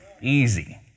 easy